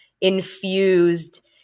infused